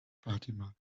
fatima